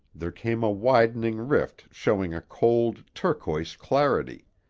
there came a widening rift showing a cold, turquoise clarity.